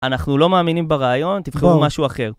אנחנו לא מאמינים ברעיון, תבחרו משהו אחר.